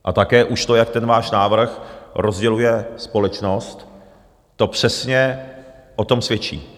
A také už to, jak ten váš návrh rozděluje společnost, to přesně o tom svědčí.